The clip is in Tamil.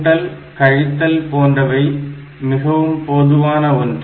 கூட்டல் கழித்தல் போன்றவை மிகவும் பொதுவான ஒன்று